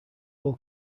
will